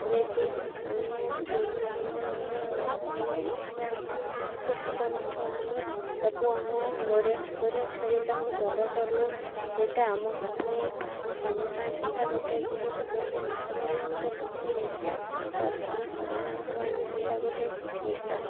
ଯିଏକି ଆମେ ଦୂର ଦୂର ଯାଗା ନେଇ ଯାଇଁକି ଛୋଟ ଛୋଟ ମାଛ ଆଣି ତାକୁ ଆମ ଗଡ଼ିଆ ପୋଖରୀରେ ଛାଡ଼ି ତାଙ୍କୁ ବଡ଼ କରୁ ସେଇଟା ଆମ ପାଇଁ ମୋ ସ୍ୱାମୀ ପାଇଁ ସେଇଟା ଗୋଟେ ଯେମିତି କୁହନ୍ତି ମାଛ ଧରିବା ଗୋଟେ ବୃତ୍ତି ନିଶା ବାସ୍ ଆମ ସ୍ୱାମୀ ମାନଙ୍କ ପାଇଁ ବି ସେଇଟା ଗୋଟେ ନିଶା